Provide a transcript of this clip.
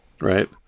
Right